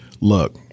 look